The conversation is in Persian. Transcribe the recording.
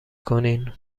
کنین